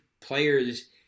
players